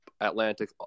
Atlantic